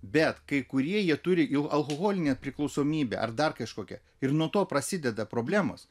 bet kai kurie jie turi jų alkoholinę priklausomybę ar dar kažkokią ir nuo to prasideda problemos